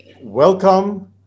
welcome